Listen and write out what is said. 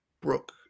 Brooke